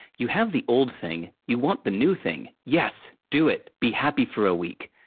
you have the old thing, you want the new thing, yes! do it! be happy for a week.